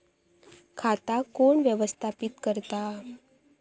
खाता कोण व्यवस्थापित करता?